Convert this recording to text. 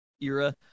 era